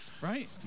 Right